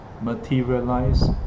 materialize